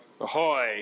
Ahoy